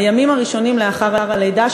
הימים הראשונים לאחר הלידה,